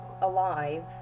Alive